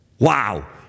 Wow